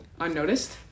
unnoticed